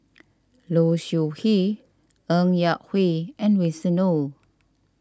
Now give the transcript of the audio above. Low Siew Nghee Ng Yak Whee and Winston Oh